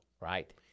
right